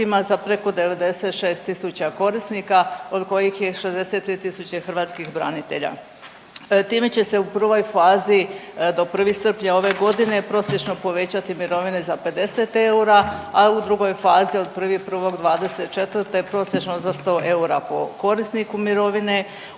za preko 96 tisuća korisnika od kojih je 63 tisuće hrvatskih branitelja. Time će se u prvoj fazi do 1. srpnja ove godine prosječno povećati mirovine za 50 eura, a u drugoj fazi od 1.1.'24. prosječno za 100 eura po korisniku mirovine.